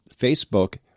Facebook